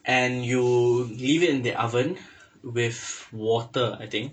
and you leave it in the oven with water I think